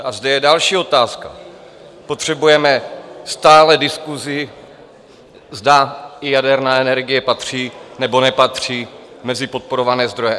A zde je další otázka: Potřebujeme stále diskuzi, zda i jaderná energie patří, nebo nepatří mezi podporované zdroje energií?